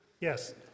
Yes